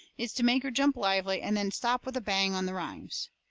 is to make her jump lively, and then stop with a bang on the rhymes.